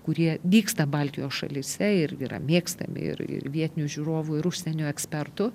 kurie vyksta baltijos šalyse ir yra mėgstami ir ir vietinių žiūrovų ir užsienio ekspertų